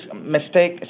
mistake